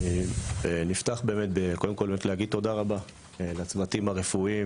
נפתח בלהגיד באמת תודה רבה לצוותים הרפואיים